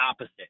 opposite